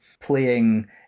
playing